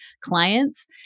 clients